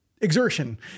exertion